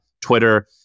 Twitter